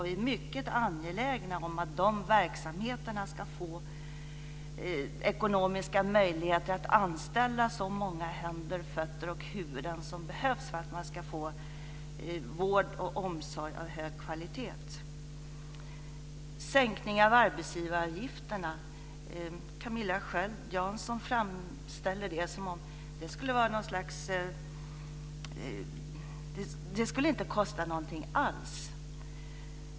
Vi är mycket angelägna om att de verksamheterna ska få ekonomiska möjligheter att anställa så många händer, fötter och huvuden som behövs för att man ska få vård och omsorg av hög kvalitet. Camilla Sköld Jansson framställer det som att en sänkning av arbetsgivaravgifterna inte skulle kosta någonting alls.